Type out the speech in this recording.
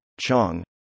Chong